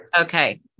Okay